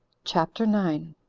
chapter nine.